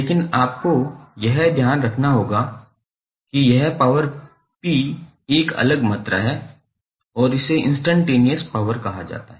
लेकिन आपको यह ध्यान रखना होगा कि यह पॉवर पी एक अलग मात्रा है और इसे इन्स्टैंटनेयस पॉवर कहा जाता है